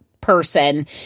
person